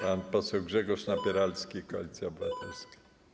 Pan poseł Grzegorz Napieralski, Koalicja Obywatelska.